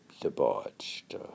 debauched